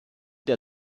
der